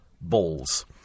balls